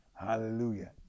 hallelujah